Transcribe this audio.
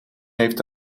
heeft